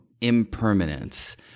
impermanence